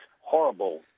horrible